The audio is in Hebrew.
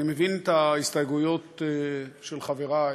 אני מבין את ההסתייגויות של חברי,